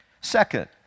Second